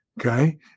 Okay